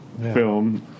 film